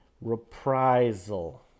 reprisal